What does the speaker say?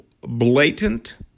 Blatant